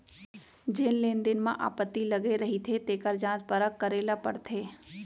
जेन लेन देन म आपत्ति लगे रहिथे तेखर जांच परख करे ल परथे